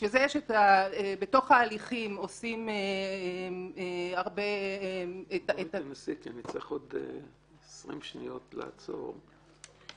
ובשביל זה בתוך ההליכים עושים --- אני צריך עוד 20 שניות לעצור,